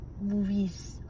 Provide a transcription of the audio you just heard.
movies